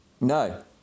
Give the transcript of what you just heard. No